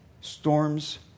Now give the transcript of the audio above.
storms